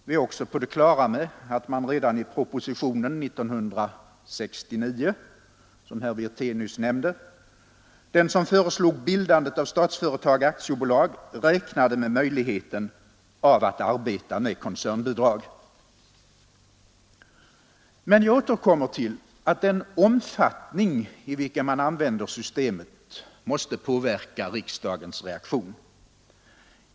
Vi är också på det klara med att man redan i propositionen 1969, som herr Wirtén nyss nämnde och som föreslog bildandet av Statsföretag AB, räknade med möjligheten av att arbeta med koncernbidrag. Men jag återkommer till att den omfattning, i vilken man använder systemet, måste påverka riksdagens reaktion.